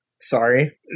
sorry